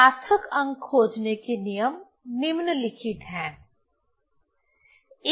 सार्थक अंक खोजने के नियम निम्नलिखित हैं